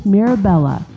Mirabella